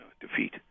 defeat